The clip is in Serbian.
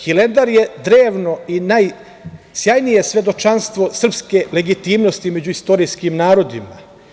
Hilandar je drevno najsjajnije svedočanstvo srpske legitimnosti među istorijskim narodima.